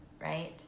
right